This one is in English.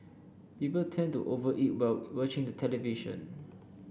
people tend to over eat while watching the television